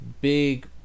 big